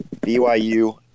BYU